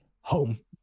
Home